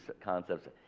concepts